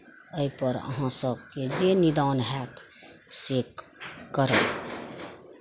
एहि पर अहाँ सबके जे निदान होयत से करब